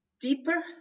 deeper